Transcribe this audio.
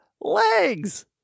legs